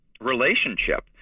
relationship